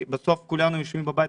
בסוף כולנו יושבים בבית,